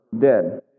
dead